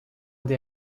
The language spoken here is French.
des